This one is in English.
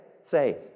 say